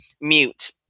mute